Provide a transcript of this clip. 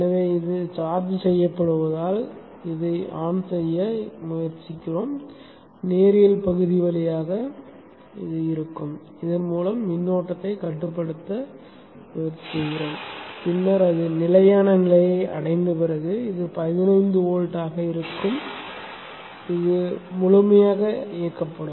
எனவே இது சார்ஜ் செய்யப்படுவதால் இதை ஆன் செய்ய முயற்சிக்கிறது நேரியல் பகுதி வழியாக செல்லும் இதன் மூலம் மின்னோட்டத்தை கட்டுப்படுத்த முயற்சிக்கிறது பின்னர் அது நிலையான நிலையை அடைந்த பிறகு இது 15 வோல்ட் ஆக இருக்கும் இது முழுமையாக இயக்கப்படும்